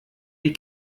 die